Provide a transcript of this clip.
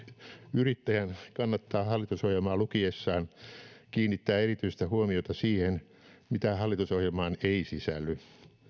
yrittäjän kannattaa hallitusohjelmaa lukiessaan kiinnittää erityistä huomiota siihen mitä hallitusohjelmaan ei sisälly